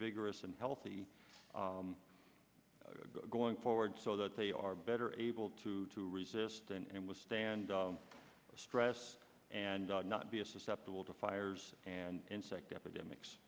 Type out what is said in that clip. vigorous and healthy going forward so that they are better able to to resist and with stand the stress and not be a susceptible to fires and insect epidemics